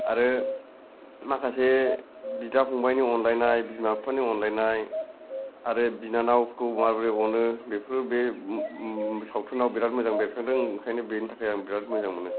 आरो माखासे बिदा फंबाइनि अनज्लायनाय बिमा बिफानि अनज्लायनाय आरो बिनानावफोरखौ माबोरै अनो बेफोरो बे सावथुनाव बिराद मोजां बेरखांदों ओंखायनो बेनि थाखाय आं बिराद मोजां मोनो